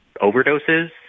overdoses